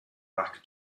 back